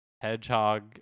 hedgehog